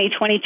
2022